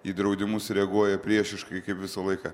į draudimus reaguoja priešiškai kaip visą laiką